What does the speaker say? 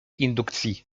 indukcji